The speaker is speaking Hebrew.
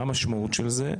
מה המשמעות של זה?